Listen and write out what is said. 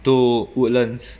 to woodlands